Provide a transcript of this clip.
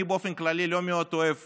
אני, באופן כללי, לא מאוד אוהב